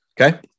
Okay